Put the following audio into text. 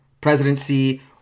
presidency